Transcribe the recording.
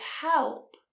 help